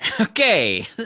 okay